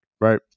right